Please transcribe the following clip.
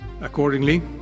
Accordingly